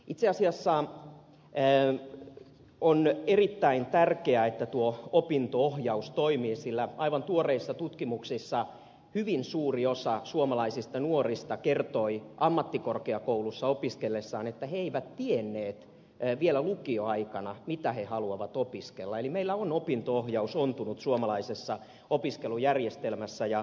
itse asiassa on erittäin tärkeää että tuo opinto ohjaus toimii sillä aivan tuoreissa tutkimuksissa hyvin suuri osa suomalaisista nuorista kertoi ammattikorkeakoulussa opiskellessaan että he eivät tienneet vielä lukioaikana mitä he haluavat opiskella eli meillä on opinto ohjaus ontunut suomalaisessa opiskelujärjestelmässä